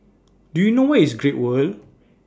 Do YOU know Where IS Great World